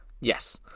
Yes